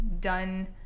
done